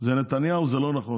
זה נתניהו זה לא נכון.